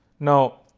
now,